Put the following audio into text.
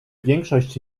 większość